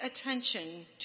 attention